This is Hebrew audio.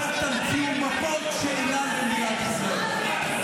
אל תמציאו מפות שאינן במדינת ישראל.